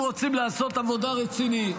אם רוצים לעשות עבודה רצינית,